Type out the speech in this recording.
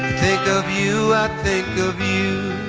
think of you i think of you i